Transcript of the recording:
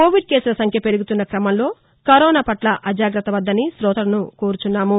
Covid కేసుల సంఖ్య పెరుగుతున్న క్రమంలో కరోనాపట్ల అజాగ్రత్త వద్దని కోతలను కోరుతున్నాము